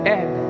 end